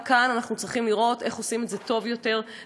גם כאן אנחנו צריכים לראות איך עושים את זה טוב יותר וללמוד